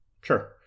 Sure